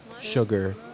sugar